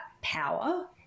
power